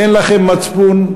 אין לכם מצפון?